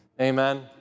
Amen